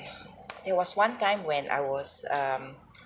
there was one time when I was um